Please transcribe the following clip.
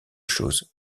choses